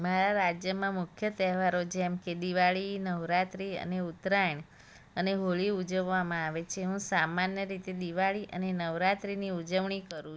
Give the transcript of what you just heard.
મારા રાજ્યમાં મુખ્ય તહેવારો જેમકે દિવાળી નવરાત્રિ અને ઉત્તરાયણ અને હોળી ઉજવવામાં આવે છે હું સામાન્ય રીતે દિવાળી અને નવરાત્રિની ઉજવણી કરું છું